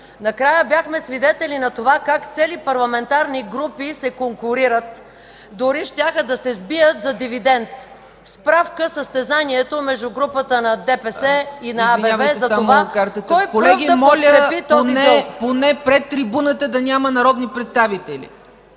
Накрая бяхме свидетели как цели парламентарни групи се конкурират, дори щяха да се сбият за дивидент. Справка – състезанието между групата на ДПС и на АБВ за това кой пръв да подкрепи този вот.